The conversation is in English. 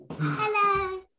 Hello